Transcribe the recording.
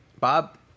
Bob